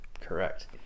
Correct